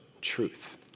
truth